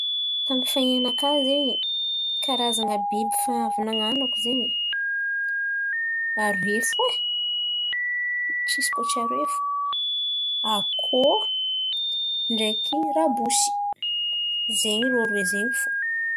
Tamy fahin̈ananakà zen̈y, karazan̈a biby efa avy nan̈anako zen̈y, aroe fo e. Tsisy koa tsy aroe fo: akôho ndreky rabosy. Zen̈y irô aroe zen̈y fo.